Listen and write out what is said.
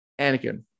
Anakin